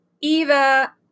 Eva